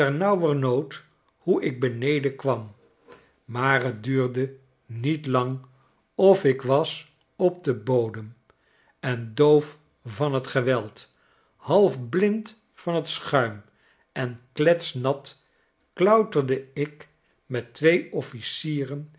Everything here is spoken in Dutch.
hoe ik beneden kwam maar t duurde niet lang of ik was op den bodem en doof van t geweld half blind van t schuim en kletsnat klauterde ik met twee officieren